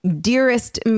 dearest